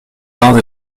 vins